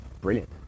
brilliant